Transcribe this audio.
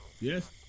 Yes